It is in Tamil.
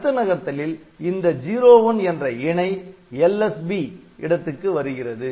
அடுத்த நகர்த்தலில் இந்த "01" என்ற இணை LSB இடத்துக்கு வருகிறது